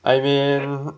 I mean